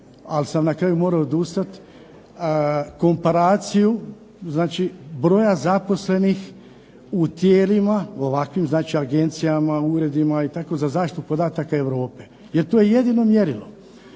ali sam na kraju morao odustati, komparaciju broja zaposlenih, u agencijama, dakle uredima, i tako za zaštitu podataka Europe, jer to je jedino mjerilo.